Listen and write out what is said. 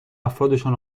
افرادشان